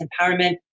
empowerment